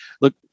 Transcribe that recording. look